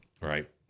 Right